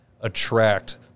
attract